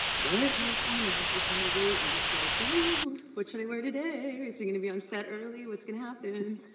right? it's so fun to have to kind of wait and just like, oo-oo-ooh! what should i wear today? is he gonna be on set early? what's gonna happen?